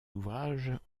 ouvrages